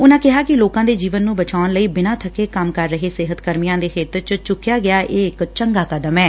ਉਨਾਂ ਕਿਹਾ ਕਿ ਲੋਕਾਂ ਦੇ ਜੀਵਨ ਨੂੰ ਬਚਾਉਣ ਲਈ ਬਿਨਾਂ ਬੱਕੇ ਕੰਮ ਕਰ ਰਹੇ ਸਿਹਤ ਕਰਮੀਆਂ ਦੇ ਹਿੱਤ ਚ ਚੁਕਿਆ ਗਿਆ ਇਕ ਚੰਗਾ ਕਦਮ ਐ